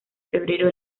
febrero